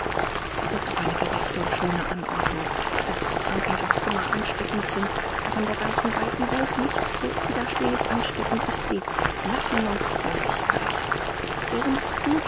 es ist doch eine gerechte und schöne anordnung daß wie krankheit und kummer ansteckend sind auch in der ganzen weiten welt nichts so unwiderstehlich ansteckend ist wie lachen und fröhlichkeit wie